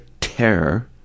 terror